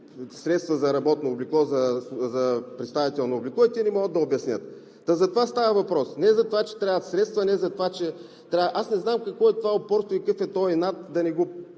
средства за представително облекло?“, и те не могат да обяснят. За това става въпрос, а не за това, че трябват средства, не за това, че трябва… Аз не знам какво е това упорство и какъв е този инат да не го